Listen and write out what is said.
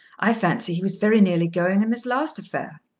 i fancy he was very nearly going in this last affair.